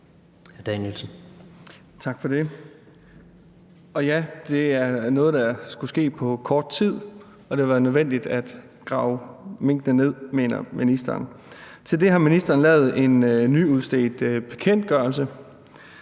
Danielsen (V): Tak for det. Og ja, det er noget, der har skullet ske på kort tid, og det har været nødvendigt at grave minkene ned, mener ministeren. Til det har ministeren lavet en nyudstedt bekendtgørelse.